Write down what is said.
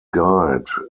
guide